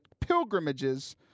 pilgrimages